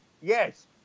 Yes